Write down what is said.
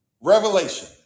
Revelation